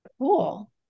Cool